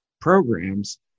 programs